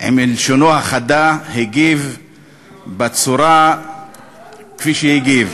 בלשונו החדה, הגיב כפי שהגיב.